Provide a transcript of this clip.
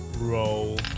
roll